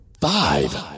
Five